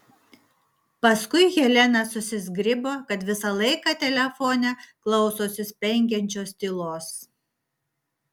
paskui helena susizgribo kad visą laiką telefone klausosi spengiančios tylos